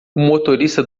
motorista